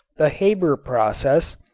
the haber process,